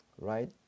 right